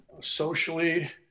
Socially